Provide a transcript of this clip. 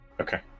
Okay